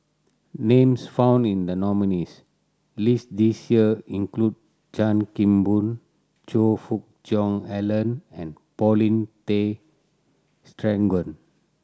names found in the nominees' list this year include Chan Kim Boon Choe Fook Cheong Alan and Paulin Tay Straughan